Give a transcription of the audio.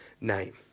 name